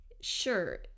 Sure